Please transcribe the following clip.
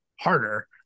harder